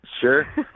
Sure